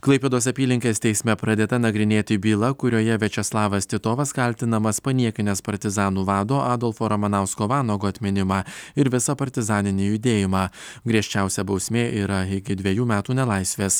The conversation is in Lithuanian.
klaipėdos apylinkės teisme pradėta nagrinėti byla kurioje viačeslavas titovas kaltinamas paniekinęs partizanų vado adolfo ramanausko vanago atminimą ir visą partizaninį judėjimą griežčiausia bausmė yra iki dvejų metų nelaisvės